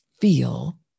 feel